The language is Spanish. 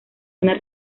una